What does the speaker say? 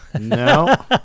No